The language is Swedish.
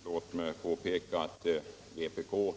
Herr talman! Låt mig påpeka att vpk